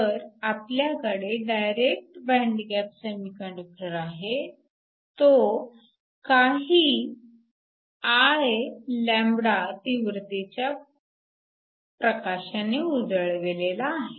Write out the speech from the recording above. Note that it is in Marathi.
तर आपल्याकडे डायरेक्ट बँड गॅप सेमीकंडक्टर आहे तो काही Iλ तीव्रतेच्या प्रकाशाने उजळविलेला आहे